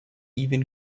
even